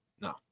No